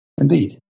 Indeed